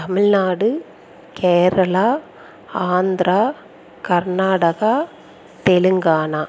Tamil Nadu Kerala Andhra Karnataka Telangana